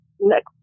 next